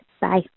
Bye